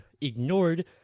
ignored